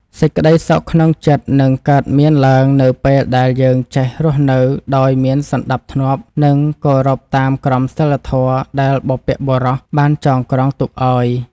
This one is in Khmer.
សេចក្តីសុខក្នុងចិត្តនឹងកើតមានឡើងនៅពេលដែលយើងចេះរស់នៅដោយមានសណ្តាប់ធ្នាប់និងគោរពតាមក្រមសីលធម៌ដែលបុព្វបុរសបានចងក្រងទុកឱ្យ។